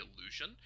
illusion